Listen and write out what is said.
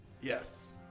Yes